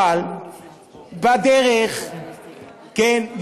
אבל, אבל, בדרך, כן?